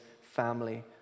family